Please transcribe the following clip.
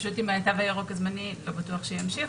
עם התו הירוק הזמני לא בטוח שימשיכו.